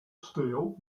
steel